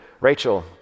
Rachel